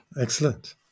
Excellent